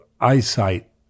eyesight